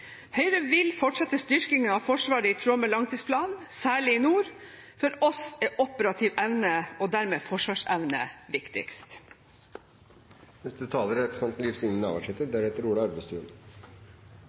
Høyre vil fortsette styrkingen av Forsvaret i tråd med langtidsplanen, særlig i nord. For oss er operativ evne, og dermed forsvarsevne,